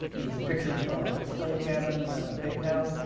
there's pictures of slave cabins and the big house,